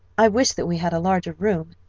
i wish that we had a larger room.